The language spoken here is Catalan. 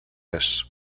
est